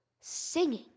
singing